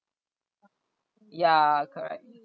ya correct